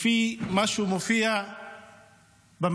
לפי מה שמופיע במצע,